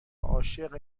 عاشق